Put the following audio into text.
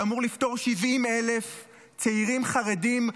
שאמור לפטור משירות בצה"ל 70,000 צעירים חרדים,